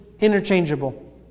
interchangeable